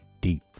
Deep